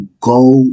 go